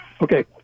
Okay